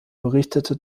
berichtete